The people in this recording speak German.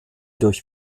durch